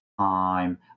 time